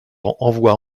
envoie